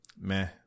Meh